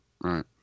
right